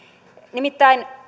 nimittäin